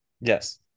Yes